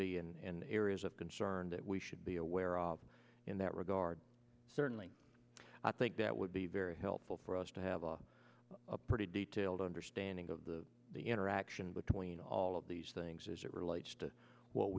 and areas of concern that we should be aware of in that regard certainly i think that would be very helpful for us to have a pretty detailed understanding of the the interaction between all of these things as it relates to what